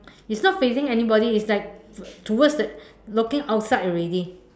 it's not facing anybody it's like towards the looking outside already